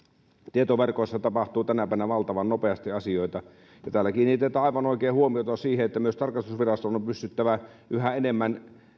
tietoverkoissa tapahtuu tänä päivänä valtavan nopeasti asioita ja täällä kiinnitetään aivan oikein huomiota siihen että myös tarkastusviraston on pystyttävä yhä enemmän